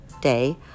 day